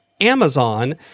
Amazon